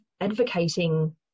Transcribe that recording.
advocating